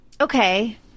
okay